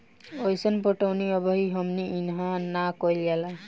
अइसन पटौनी अबही हमनी इन्हा ना कइल जाला